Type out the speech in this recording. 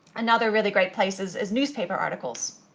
another really great place is is newspaper articles.